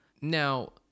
now